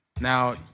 Now